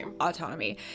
autonomy